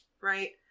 right